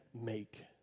make